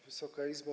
Wysoka Izbo!